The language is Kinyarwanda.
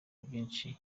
byinshi